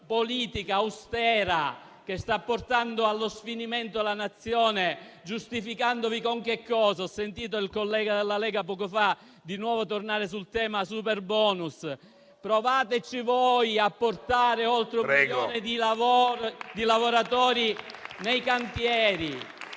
politica austera che sta portando allo sfinimento la Nazione giustificandovi con quello che ho sentito dire da un collega della Lega poco fa, tornando di nuovo sul tema superbonus? Provate voi a portare oltre un milione di lavoratori nei cantieri